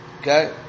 Okay